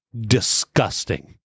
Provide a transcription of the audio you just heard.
disgusting